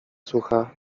słucha